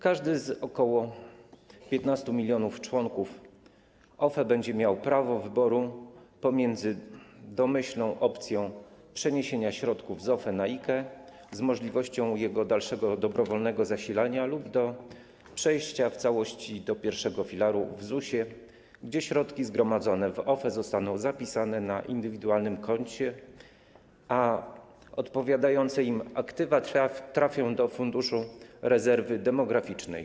Każdy z ok. 15 mln członków OFE będzie miał prawo wyboru pomiędzy domyślną opcją przeniesienia środków z OFE na IKE, z możliwością jego dalszego, dobrowolnego zasilania lub do przejścia w całości do I filaru w ZUS-ie, gdzie środki zgromadzone w OFE zostaną zapisane na indywidualnym koncie, a odpowiadające im aktywa trafią do Funduszu Rezerwy Demograficznej.